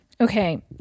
Okay